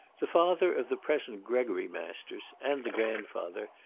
the father of the present gregory masters, and the grandfather,